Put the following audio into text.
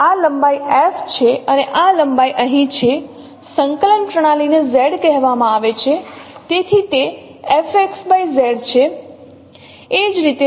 આ લંબાઈ f છે અને આ લંબાઈ અહીં છે સંકલન પ્રણાલીને Z કહેવામાં આવે છે તેથી તે છે